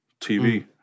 TV